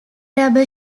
rubber